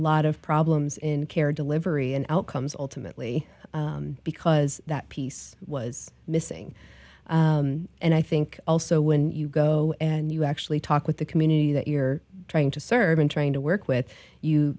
lot of problems in care delivery and outcomes ultimately because that piece was missing and i think also when you go and you actually talk with the community that you're trying to serve and trying to work with you